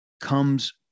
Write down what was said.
comes